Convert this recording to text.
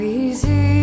easy